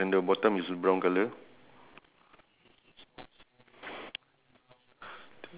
o~ okay mine mine have